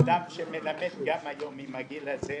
אדם שמלמד גם היום בגיל הזה,